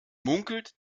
munkelt